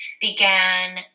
began